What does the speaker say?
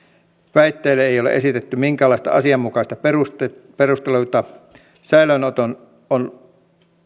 väitteelle ei ole esitetty minkäänlaisia asianmukaisia perusteluita säilöönoton on